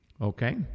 Okay